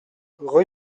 rue